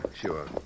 sure